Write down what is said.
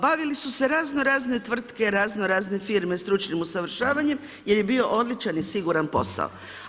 Bavile su se razno-razne tvrtke, razno-razne firme stručnim usavršavanjem jer je bio odličan i siguran posao.